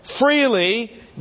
Freely